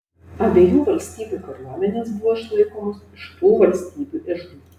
abiejų valstybių kariuomenės buvo išlaikomos iš tų valstybių iždų